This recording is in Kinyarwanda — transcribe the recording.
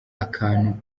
akantu